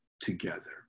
together